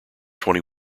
twenty